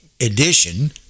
Edition